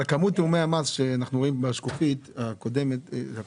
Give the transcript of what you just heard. על כמות תיאומי המס שאנחנו רואים בשקופית, אנחנו